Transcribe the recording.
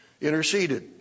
interceded